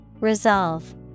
Resolve